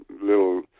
little